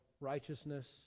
righteousness